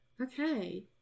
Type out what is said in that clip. Okay